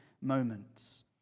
moments